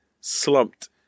Slumped